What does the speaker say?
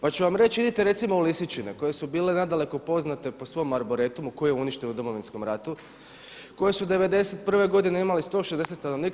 Pa ću vam reći idite recimo u Lisičine koje su bile nadaleko poznate po svom arboretumu koji je uništen u Domovinskom ratu, koje su '91. godine imale 160 stanovnika.